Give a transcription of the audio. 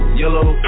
yellow